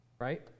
right